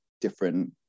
different